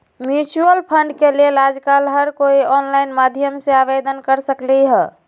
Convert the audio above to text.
mutual fund के लेल आजकल हर कोई ऑनलाईन माध्यम से आवेदन कर सकलई ह